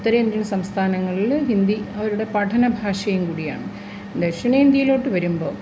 ഉത്തരേന്ത്യൻ സംസ്ഥാനങ്ങളില് ഹിന്ദി അവരുടെ പഠനഭാഷയുംകൂടിയാണ് ദഷിണേന്ത്യയിലോട്ട് വരുമ്പോള്